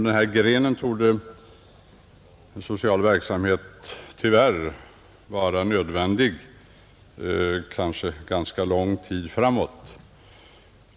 Den här grenen av social verksamhet torde tyvärr vara nödvändig, kanske ganska lång tid framåt.